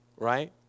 right